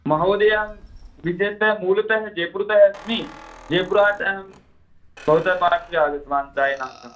महोदय विशेषतः मूलतः जयपूरतः अस्मि जयपुरात् अहं भवतः पार्श्वे आगतवान् चायार्थं